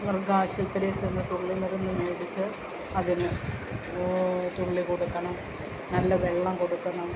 മൃഗാശുപത്രിയിൽ ചെന്ന് തുള്ളിമരുന്നു മേടിച്ച് അതിന് തുള്ളി കൊടുക്കണം നല്ല വെള്ളം കൊടുക്കണം